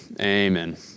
Amen